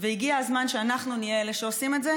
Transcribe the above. והגיע הזמן שאנחנו נהיה אלה שעושים את זה,